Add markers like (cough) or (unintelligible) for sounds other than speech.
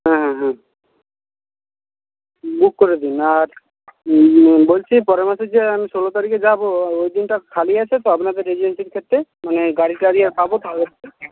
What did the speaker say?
হ্যাঁ হ্যাঁ হ্যাঁ বুক করে দিন আর বলছি পরের মাসের যে আমি ষোলো তারিখে যাব ওই দিনটা খালি আছে তো আপনাদের এজেন্সির ক্ষেত্রে মানে গাড়ি টাড়ি পাব তো আগের (unintelligible)